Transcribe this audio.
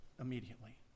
immediately